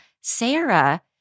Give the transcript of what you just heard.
Sarah